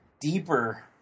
deeper